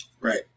Right